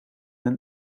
een